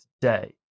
today